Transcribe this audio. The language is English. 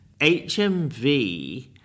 HMV